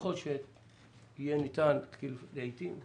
אנחנו נמצא את הזמנים כדי לתת דחיפה,